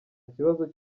kibazo